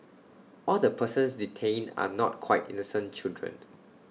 all the persons detained are not quite innocent children